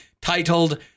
titled